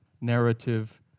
narrative